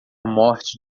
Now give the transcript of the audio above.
morte